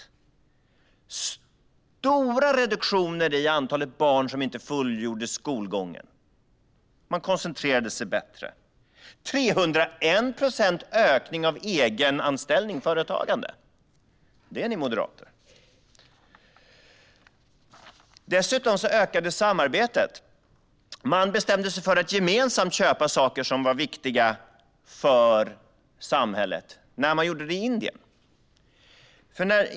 Det skedde stora reduktioner av antalet barn som inte fullgjorde skolgången. De koncentrerade sig bättre. Antalet egenanställningsföretag ökade med 301 procent. Det ni, moderater! Dessutom ökade samarbetet. Man bestämde sig för att gemensamt köpa saker som var viktiga för samhället. Man gjorde det i Indien.